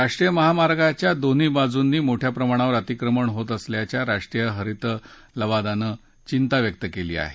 राष्ट्रीय महामार्गांच्या दोन्ही बाजूंनी मोठ्या प्रमाणावर अतिक्रमण होत असल्याबद्दल राष्ट्रीय हरित लवादानं चिंता व्यक्त केली आहे